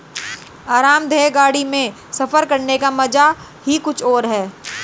आरामदेह गाड़ी में सफर करने का मजा ही कुछ और है